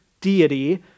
deity